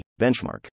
benchmark